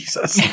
Jesus